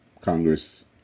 Congress